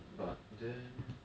but then